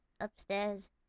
upstairs